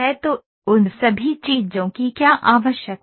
तो उन सभी चीजों की क्या आवश्यकता है